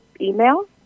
Email